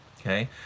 Okay